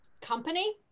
company